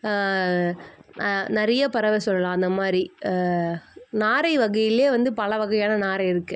நிறைய பறவை சொல்லலாம் அந்தமாதிரி நாரை வகையிலே வந்து பலவகையான நாரை இருக்குது